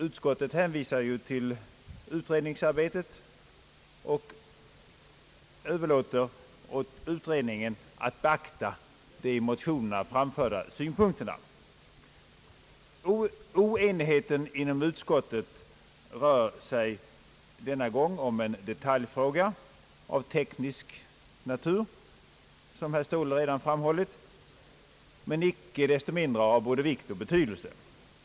Utskottet hänvisar ju till utredningsarbetet och överlåter åt utredningen att beakta de i motionerna framförda synpunkterna. Oenigheten inom utskottet rör sig denna gång om en detaljfråga av teknisk natur, som herr Ståhle redan framhållit, men icke desto mindre av både vikt och betydelse.